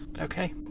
Okay